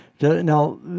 Now